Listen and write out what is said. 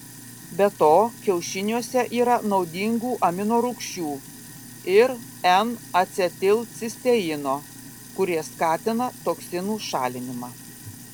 be to kiaušiniuose yra naudingų aminorūgščių ir n acetilcisteino kurie skatina toksinų šalinimą